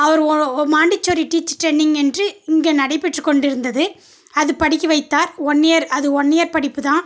அவர் ஓ ஓ Montessori teacher training என்று இங்கே நடைபெற்று கொண்டு இருந்தது அது படிக்க வைத்தார் ஒன் இயர் அது ஒன் இயர் படிப்புதான்